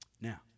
Now